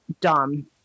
dumb